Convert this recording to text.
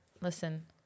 Listen